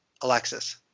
Alexis